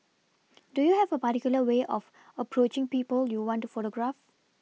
do you have a particular way of approaching people you want to photograph